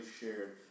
shared